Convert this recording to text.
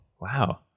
wow